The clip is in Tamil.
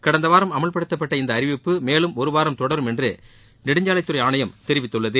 கடந்த வாரம் அமல்படுத்தப்பட்ட இந்த அறிவிப்பு மேலும் ஒரு வாரம் தொடரும் என்றும் நெடுஞ்சாலைத்துறை ஆணையம் தெரிவித்துள்ளது